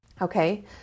okay